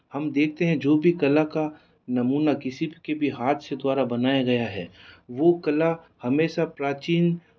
हम देखते हैं जो भी कला का नमूना किसी भी की हाथ से द्वारा बनाया गया है वो कला हमेशा प्राचीन